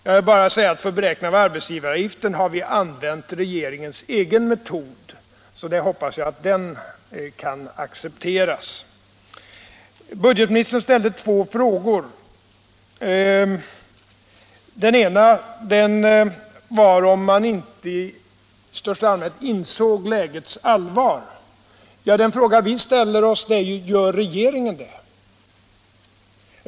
Jag vill bara säga att vi för beräkningen av arbetsgivaravgiften har använt regeringens egen metod — jag hoppas att den kan accepteras. Budgetministern ställde två frågor. Den ena var huruvida man inte i största allmänhet insåg lägets allvar. Den fråga vi ställer oss är: Gör regeringen det?